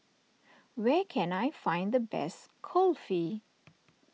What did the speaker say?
where can I find the best Kulfi